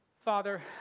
Father